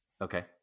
Okay